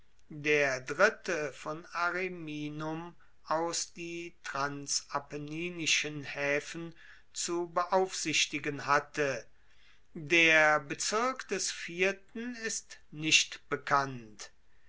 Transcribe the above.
der dritte von ariminum aus die transapenninischen haefen zu beaufsichtigen hatte der bezirk des vierten ist nicht bekannt